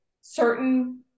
certain